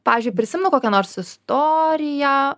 pavyzdžiui prisimenu kokią nors istoriją